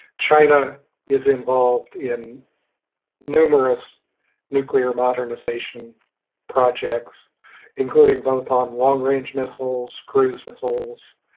china is involved in numerous nuclear modernisation projects including both on long-range missiles, cruise missiles,